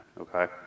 okay